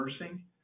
nursing